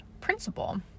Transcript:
principle